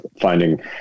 finding